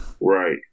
Right